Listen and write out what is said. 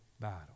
battle